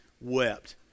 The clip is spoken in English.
wept